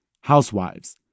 housewives